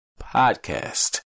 Podcast